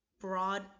broad